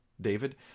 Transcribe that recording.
David